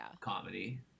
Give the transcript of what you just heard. comedy